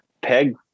peg